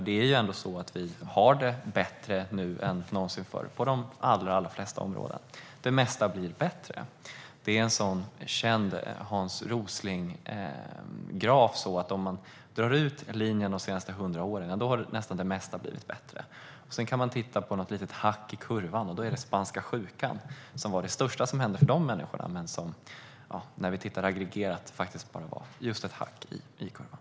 Det är ändå så att vi har det bättre nu än någonsin förr på de allra flesta områden. Det mesta blir bättre. En sådan känd graf från Hans Rosling är att om man drar ut linjen under de senaste 100 åren har det mesta blivit bättre. Sedan kan man se något litet hack i kurvan. Spanska sjukan var det största som hände för de människor som levde då. Men när vi ser detta aggregerat var detta just bara ett hack i kurvan.